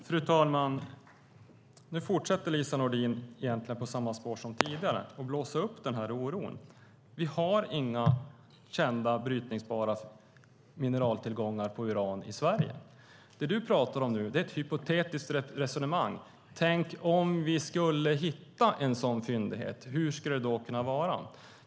Fru talman! Nu fortsätter Lise Nordin egentligen på samma spår som tidigare med att blåsa upp den här oron. Vi har inga kända brytningsbara mineraltillgångar när det gäller uran i Sverige. Det du pratar om nu är ett hypotetiskt resonemang: Tänk om vi skulle hitta en sådan fyndighet, hur skulle det då kunna vara?